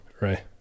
Right